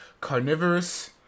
carnivorous